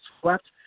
swept